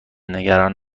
نگران